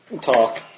talk